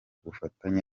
bufatanye